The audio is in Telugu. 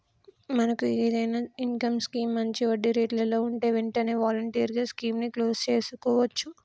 మనకు ఏదైనా ఇన్కమ్ స్కీం మంచి వడ్డీ రేట్లలో ఉంటే వెంటనే వాలంటరీగా స్కీమ్ ని క్లోజ్ సేసుకోవచ్చు